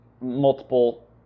multiple